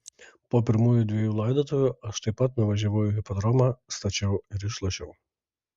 po pirmųjų dvejų laidotuvių aš taip pat važiavau į hipodromą stačiau ir išlošiau